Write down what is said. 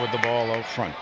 with the ball in front